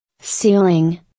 Ceiling